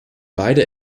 beide